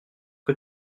que